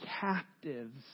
captives